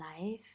life